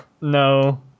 No